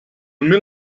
mil